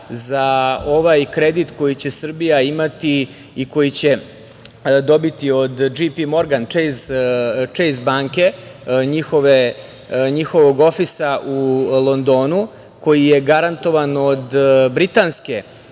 za ovaj kredit koji će Srbija imati i koji će dobiti od "Džej Pi Morgan Čejs" banke, njihovog ofisa u Londonu, koji je garantovan od britanske